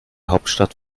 hauptstadt